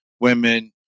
women